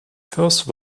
first